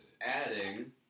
adding